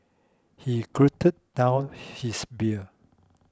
he down his beer